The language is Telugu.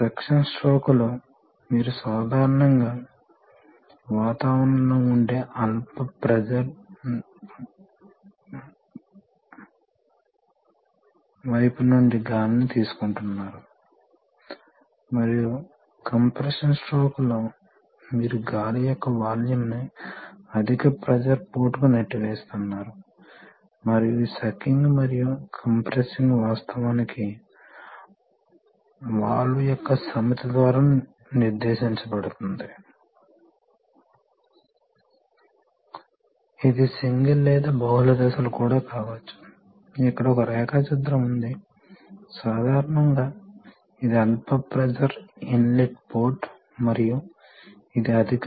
కాబట్టి మీరు కరెంట్ డ్రైవ్ చేస్తే ఏమి జరుగుతుందంటే ఇది కదులుతుంది ఈ మాగ్నెట్ సిస్టం దాన్ని లాగుతుంది మరియు అది కొద్దిగా వంగి ఉంటుంది కాబట్టి అది ఇక్కడకు నెట్టివేస్తుంది ఒకసారి నెట్టివేస్తే ఇది వాస్తవానికి అనుసంధానించబడి ఉంటుంది కాబట్టి ఇది ఒకసారి నెట్టివేస్తే ఈ వాల్వ్ మారుతుంది ఇది స్పూల్ మీరు స్పూల్ చూడవచ్చు ఇది స్పూల్ షాఫ్ట్ కాబట్టి ఇది ఈ వైపు కదిలిన తర్వాత ఇది పంపు ఈ పోర్ట్ కు అనుసంధానించబడుతుంది మరియు ఈ పోర్ట్ ట్యాంకుకు అనుసంధానించబడుతుంది